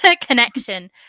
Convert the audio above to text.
connection